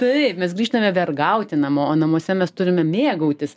taip mes grįžtame vergauti namo o namuose mes turime mėgautis